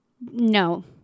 No